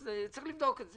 אז צריך לבדוק את זה.